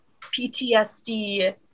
ptsd